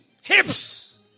hips